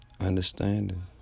understanding